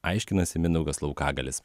aiškinasi mindaugas laukagalis